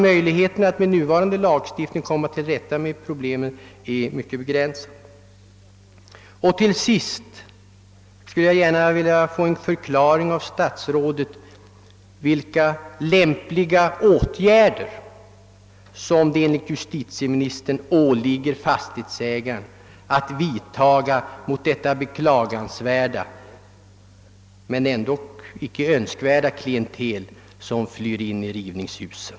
— Möjligheterna att med nu varande lagstiftning komma till rätta med det problemet är mycket begränsade, Vilka lämpliga åtgärder åligger det enligt justitieministerns uppfattning fastighetsägaren att vidta mot det beklagansvärda men ändå icke önskvärda klientel som flyr in i rivningshusen?